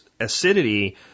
acidity